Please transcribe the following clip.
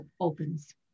opens